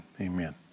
amen